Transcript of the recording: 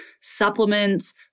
supplements